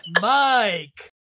Mike